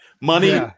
Money